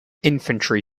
infantry